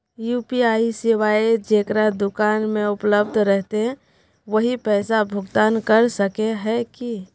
UPI सेवाएं जेकरा दुकान में उपलब्ध रहते वही पैसा भुगतान कर सके है की?